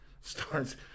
starts